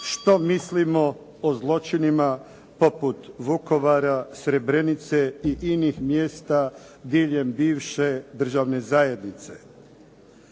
što mislimo o zločinima poput Vukovara, Srebrenice i inih mjesta diljem bivše državne zajednice.